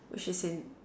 which is in